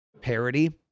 parody